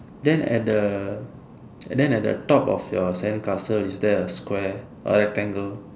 then at the then at the top of your sandcastle is there a square or rectangle